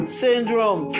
syndrome